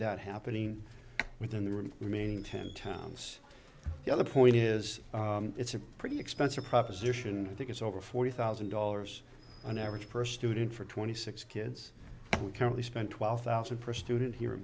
that happening within the remaining ten towns the other point is it's a pretty expensive proposition i think it's over forty thousand dollars on average per student for twenty six kids we currently spend twelve thousand per student here